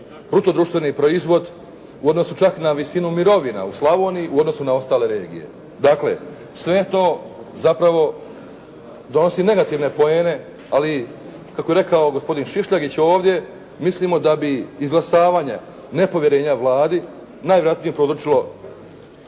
bruto društveni proizvod u odnosu čak na visinu mirovina u Slavoniji u odnosu na ostale regije. Dakle sve to zapravo donosi negativne poene, ali kako je rekao gospodin Šišljagić ovdje, mislimo da bi izglasavanje nepovjerenja Vladi najvjerojatnije prouzročilo